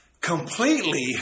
completely